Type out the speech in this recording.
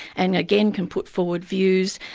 and again can put forward views.